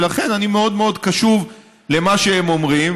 ולכן אני מאוד מאוד קשוב למה שהם אומרים.